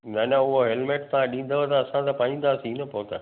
न न उहो हेलमेट तव्हां ॾींदव त असां त पाईंदासीं न पोइ त